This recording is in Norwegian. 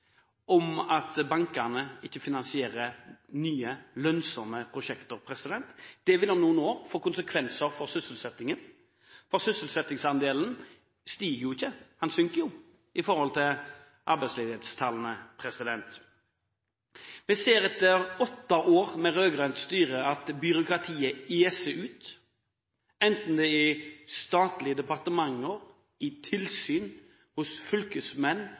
om at bankene ikke finansierer nye, lønnsomme prosjekter. Det vil om noen år få konsekvenser for sysselsettingen, for sysselsettingsandelen stiger jo ikke, den synker, i forhold til arbeidsledighetstallene. Vi ser etter åtte år med rød-grønt styre at byråkratiet eser ut. Enten det er i statlige departementer, i tilsyn, hos fylkesmenn